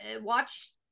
watch